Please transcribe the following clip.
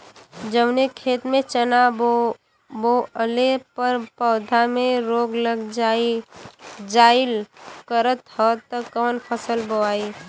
जवने खेत में चना बोअले पर पौधा में रोग लग जाईल करत ह त कवन फसल बोआई?